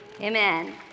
Amen